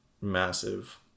massive